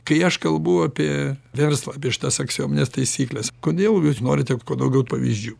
kai aš kalbu apie verslą apie šitas aksiomines taisykles kodėl jūs norite kuo daugiau pavyzdžių